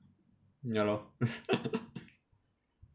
ya lor